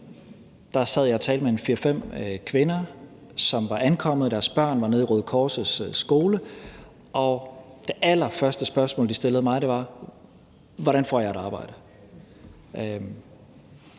der sad jeg og talte med en 4-5 kvinder, som var ankommet, og deres børn var nede i Røde Kors' skole. Det allerførste spørgsmål, de stillede mig, var: Hvordan får jeg et arbejde?